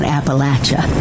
Appalachia